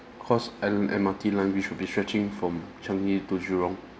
cause an M_R_T line which will be stretching from changi to jurong